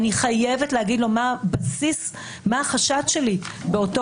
אני חייבת להגיד לו מה בסיס החשד שלי באותו